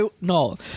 No